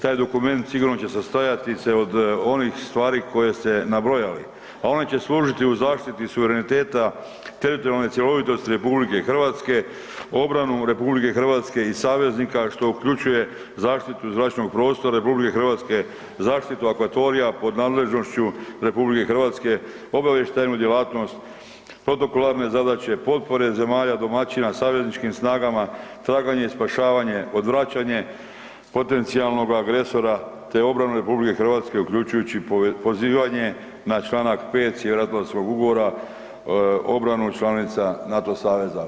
Taj dokument sigurno će se sastojati se od onih stvari koje ste nabrojali, a one će služiti u zaštiti suvereniteta teritorijalne cjelovitosti RH, obranu RH i saveznika, što uključuje zaštitu zračnog prostora RH, zaštitu akvatorija, pod nadležnošću RH, obavještajnu djelatnost, protokolarne zadaće, potpore zemalja domaćina savezničkim snagama, traganje i spašavanje, odvraćanje potencijalnog agresora te obranu RH uključujući pozivanje na čl. 5 Sjeveroatlantskog ugovora obranu članica NATO saveza.